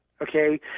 Okay